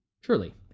Surely